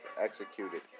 executed